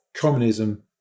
communism